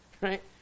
Right